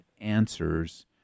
answers